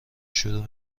شروع